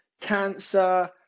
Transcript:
cancer